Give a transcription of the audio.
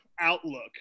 outlook